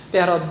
Pero